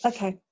Okay